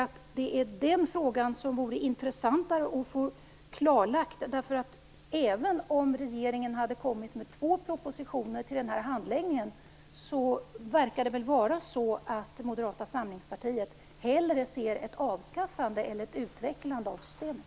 Jag tycker att den frågan vore intressantare att få klarlagd. Även om regeringen hade lagt fram två propositioner nu så verkar det vara på det sättet att Moderata samlingspartiet hellre ser ett avskaffande än ett utvecklande av systemet.